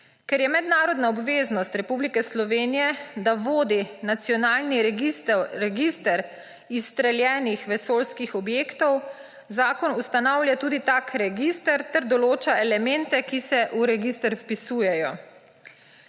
Ker je mednarodna obveznost Republike Slovenije, da vodi nacionalni register izstreljenih vesoljskih objektov, zakon ustanavlja tudi tak register ter določa elemente, ki se v register vpisujejo.